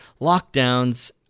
lockdowns